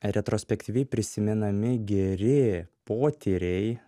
retrospektyviai prisimenami geri potyriai